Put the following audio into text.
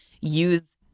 use